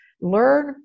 learn